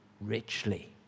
richly